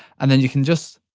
and then you can just